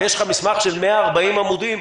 ויש לך מסמך של 140 עמודים,